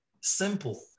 simple